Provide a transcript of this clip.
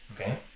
Okay